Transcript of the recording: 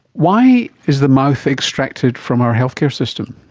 why is the mouth extracted from our healthcare system?